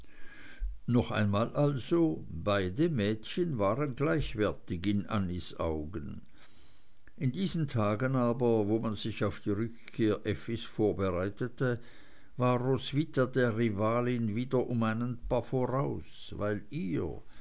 noch einmal also beide mädchen waren gleichwertig in annies augen in diesen tagen aber wo man sich auf die rückkehr effis vorbereitete war roswitha der rivalin mal wieder um einen pas voraus weil ihr